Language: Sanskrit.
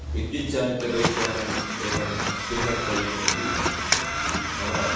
विद्युत्चालित बैक् यानम् एकं स्वीकर्तव्यम् इति मम